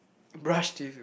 brush teeth